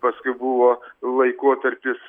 paskui buvo laikotarpis